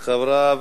אחריו,